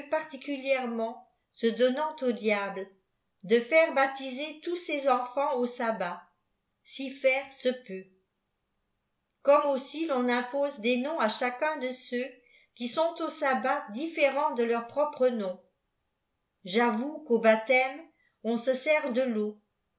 partieulièreiaent se donnant au diable de faire naptiser tou ses enfants au ssblo si faire se peut comme aussi l'on impose des noms à cbaqtm eeux qui sont au sabbat différents de leur propre bom ti voue quau baptême on se sert de l'eau